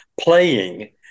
playing